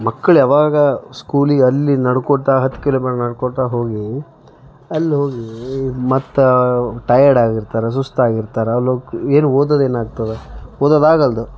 ಮಕ್ಕಳು ಯಾವಾಗ ಸ್ಕೂಲ್ ಎಲ್ಲಿ ನಡ್ಕೊತಾ ಹತ್ತು ಕಿಲೋಮೀಟರ್ ನಡ್ಕೊತಾ ಹೋಗಿ ಅಲ್ಲಿ ಹೋಗಿ ಮತ್ತೆ ಟಯರ್ಡ್ ಆಗಿರ್ತಾರಾ ಸುಸ್ತು ಆಗಿರ್ತಾರೆ ಅಲ್ಲಿ ಹೋಗಿ ಏನು ಓದೋದು ಏನಾಗ್ತದ ಓದೋದು ಆಗಲ್ದು